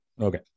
Okay